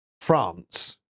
France